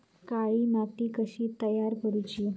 काळी माती कशी तयार करूची?